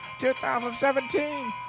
2017